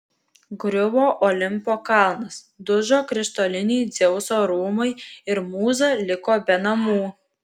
griuvo olimpo kalnas dužo krištoliniai dzeuso rūmai ir mūza liko be namų